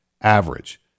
average